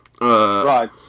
right